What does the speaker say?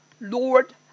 Lord